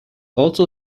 also